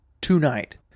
tonight